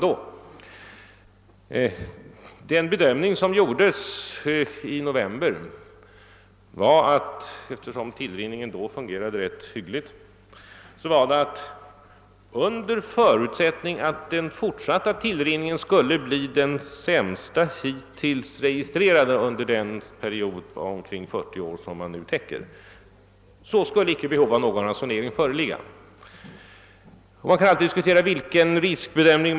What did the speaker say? Den bedömning som gjordes i november var emellertid, att eftersom tillrinningen då fungerade ganska hyggligt — och under förutsättning att inte den fortsatta tillrinningen blev den sämsta hittills registrerade på 40 iår, som man nu har upptäckt att den blivit — skulle vi inte behöva tillgripa någon ransonering.